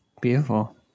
beautiful